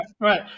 right